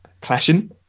clashing